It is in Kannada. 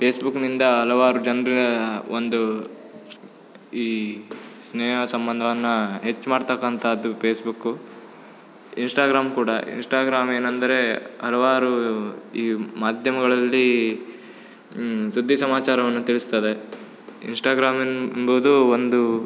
ಪೇಸ್ಬುಕ್ನಿಂದ ಹಲವಾರು ಜನರ ಒಂದು ಈ ಸ್ನೇಹ ಸಂಬಂಧವನ್ನ ಹೆಚ್ಚು ಮಾಡ್ತಕ್ಕಂಥದ್ದು ಪೇಸ್ಬುಕ್ಕು ಇನ್ಸ್ಟಾಗ್ರಾಮ್ ಕೂಡ ಇನ್ಸ್ಟಾಗ್ರಾಮ್ ಏನಂದರೆ ಹಲವಾರು ಈ ಮಾಧ್ಯಮಗಳಲ್ಲಿ ಸುದ್ದಿ ಸಮಾಚಾರವನ್ನ ತಿಳಿಸ್ತದೆ ಇನ್ಸ್ಟಾಗ್ರಾಮ್ ಎಂಬುದು ಒಂದು